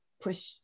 push